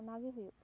ᱚᱱᱟ ᱜᱮ ᱦᱩᱭᱩᱜ ᱠᱟᱱᱟ